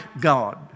God